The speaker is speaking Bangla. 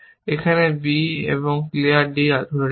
এখন আপনি b এবং ক্লিয়ার d ধরে আছেন